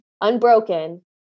unbroken